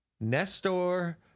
Nestor